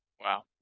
Wow